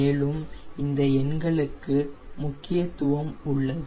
மேலும் இந்த எண்களுக்கு முக்கியத்துவம் உள்ளது